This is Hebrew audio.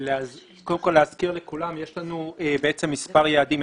קודם כל, להזכיר לכולם, יש לנו מספר יעדים.